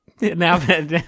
Now